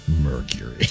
Mercury